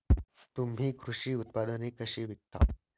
तुम्ही कृषी उत्पादने कशी विकता?